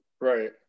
Right